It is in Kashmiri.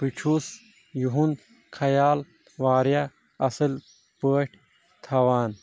بہ چھُس یِہُنٛد خیال واریاہ اصل پاٹھۍ تھاوان